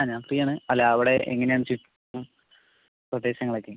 ആ ഞാൻ ഫ്രീ ആണ് അല്ല അവിടെ എങ്ങനെയാണ് ചുറ്റും പ്രദേശങ്ങൾ ഒക്കെ